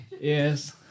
Yes